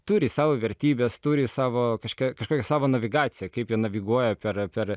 turi savo vertybes turi savo kažką kažkokį savo navigaciją kaip jie naviguoja per per